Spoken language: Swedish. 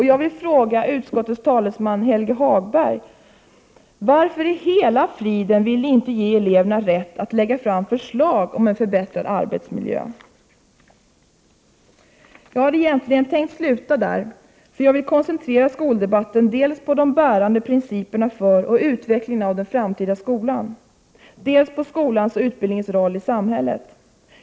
Jag vill fråga utskottets talesman Helge Hagberg: Varför i hela friden vill ni inte ge eleverna rätt att lägga fram förslag om en förbättrad arbetsmiljö? Jag hade egentligen tänkt sluta här. Jag vill koncentrera skoldebatten dels på de bärande principerna för och utvecklingen av den framtida skolan, dels på skolans och utbildningens roll i samhället.